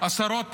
עשרות פעמים.